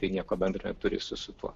tai nieko bendro neturi su su tuo